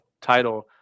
title